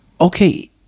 okay